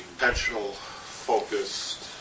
intentional-focused